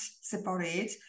separate